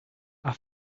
are